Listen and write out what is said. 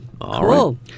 Cool